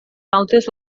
altes